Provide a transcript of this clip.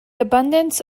abundance